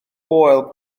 foel